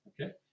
Okay